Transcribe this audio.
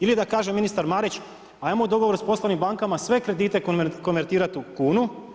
Ili da kaže Ministar Marić, ajmo u dogovoru sa poslovnim bankama sve kredite konvertirati u kunu.